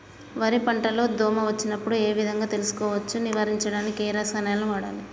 వరి పంట లో దోమ వచ్చినప్పుడు ఏ విధంగా తెలుసుకోవచ్చు? నివారించడానికి ఏ రసాయనాలు వాడాలి?